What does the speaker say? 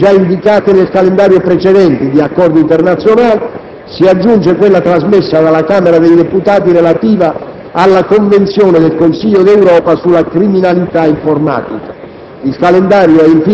Alle ratifiche già indicate nel calendario precedente si aggiunge quella trasmessa dalla Camera dei deputati relativa alla Convenzione del Consiglio d'Europa sulla criminalità informatica.